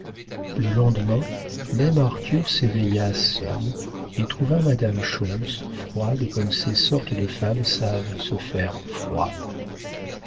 le lendemain même arthur s'éveilla seul et trouva madame schontz froide comme ces sortes de femmes savent se faire froides